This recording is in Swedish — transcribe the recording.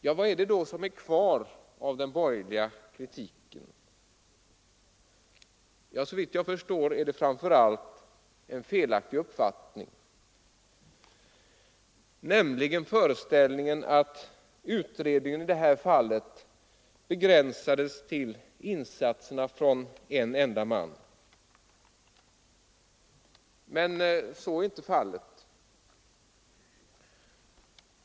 Ja, vad är det då som är kvar av den borgerliga kritiken? Såvitt jag förstår är det framför allt en felaktig uppfattning, nämligen föreställningen att utredningen i det här fallet begränsades till insatserna från en enda man. Men så var inte fallet.